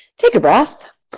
take a breath,